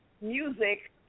music